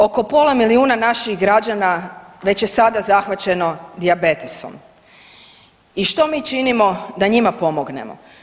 Oko pola milijuna naših građana već je sada zahvaćeno dijabetesom i što mi činimo da njima pomognemo?